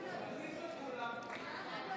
(קורא בשמות חברי הכנסת)